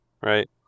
right